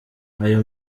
ayo